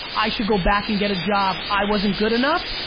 i should go back and get a job, i wasn't good enough.